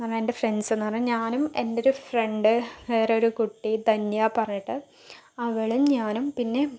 എൻ്റെ ഫ്രണ്ട്സെന്ന് പറഞ്ഞാൽ ഞാനും എൻ്റെ ഒരു ഫ്രണ്ട് വേറൊരു കുട്ടി ധന്യ പറഞ്ഞിട്ട് അവളും ഞാനും പിന്നെ